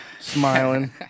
smiling